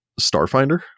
Starfinder